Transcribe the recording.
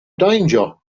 danger